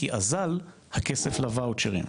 כי אזל הכסף לואוצ'רים.